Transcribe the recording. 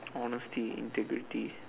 honestly integrity